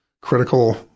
critical